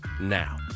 Now